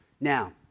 Now